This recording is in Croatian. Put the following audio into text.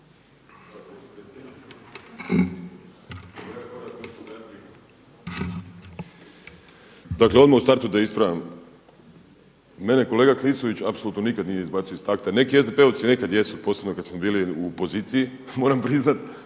Dakle odmah u startu da ispravljam. Mene kolega Klisović apsolutno nikada nije izbacio iz takta, neki SDP-ovci neka jesu posebno kada smo bili u poziciji, moram priznati,